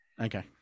Okay